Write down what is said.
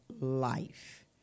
life